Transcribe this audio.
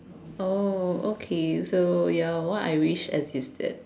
oh okay so ya what I wish existed